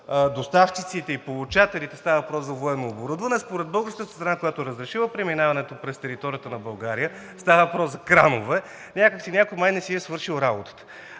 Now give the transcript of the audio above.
доставчиците и получателите става въпрос за военно оборудване, а според българската страна, която е разрешила преминаването през територията на България, става въпрос за кранове! Някак някой май не си е свършил работата.